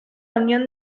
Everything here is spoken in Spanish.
unión